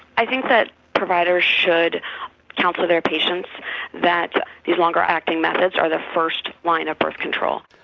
i think that providers should counsel their patients that these longer-acting methods are the first line of birth control.